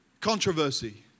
controversy